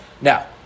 Now